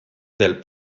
del